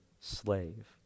slave